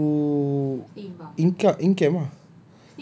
I don't know do in ca~ in camp ah